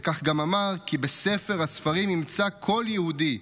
וכך גם אמר כי: בספר הספרים ימצא כל יהודי,